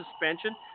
suspension